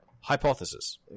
Hypothesis